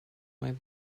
white